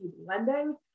lending